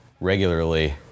regularly